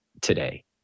today